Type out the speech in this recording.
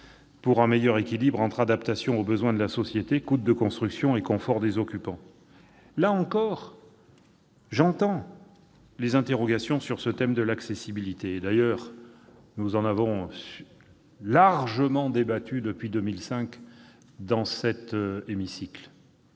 pour un meilleur équilibre entre adaptation aux besoins de la société, coût de construction et confort des occupants. Là encore, j'entends les interrogations sur le thème de l'accessibilité. Nous en avons largement débattu depuis la loi de 2005 dans cet hémicycle,